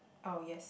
oh yes